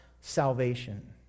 salvation